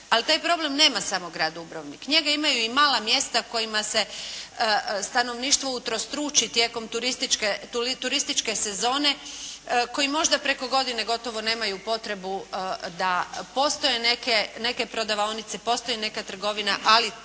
Ali taj problem nema samo grad Dubrovnik. Njega imaju i mala mjesta kojima se stanovništvo utrostruči tijekom turističke sezone koji možda preko godine gotovo nemaju potrebu da postoje neke prodavaonice, postoji neka trgovina ali